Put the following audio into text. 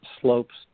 slopes